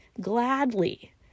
gladly